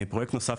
פרויקט נוסף,